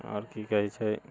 आओर की कहै छै